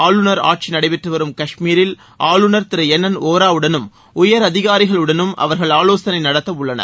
ஆளுநர் ஆட்சி நடைபெற்று வரும் கஷ்மீரில் ஆளுநர் திரு என் என் ஒரா உடனும் உயர் அதிகாரிகளுடன் அவர்கள் ஆசோசனை நடத்த உள்ளனர்